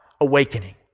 awakening